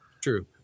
True